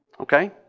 Okay